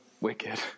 wicked